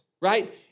right